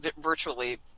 virtually